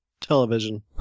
television